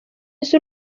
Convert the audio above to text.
z’u